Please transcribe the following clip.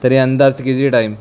तरी अंदाज किती टाईम